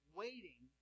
waiting